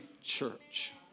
church